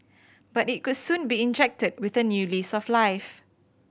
but it could soon be injected with a new lease of life